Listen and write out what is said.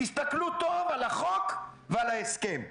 תסתכלו טוב על החוק ועל ההסכם.